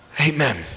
amen